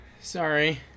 Sorry